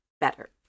better